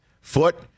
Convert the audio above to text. foot